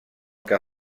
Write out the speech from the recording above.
que